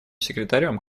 секретарем